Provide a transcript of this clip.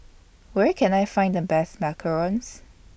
Where Can I Find The Best Macarons